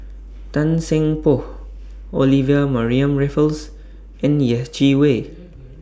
Tan Seng Poh Olivia Mariamne Raffles and Yeh Chi Wei